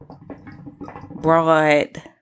broad